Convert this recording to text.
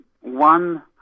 one